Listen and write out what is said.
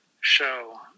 show